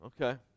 Okay